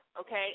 Okay